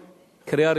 מרגי, בבקשה.